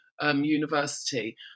University